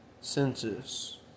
census